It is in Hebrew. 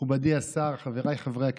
מכובדי השר, חבריי חברי הכנסת,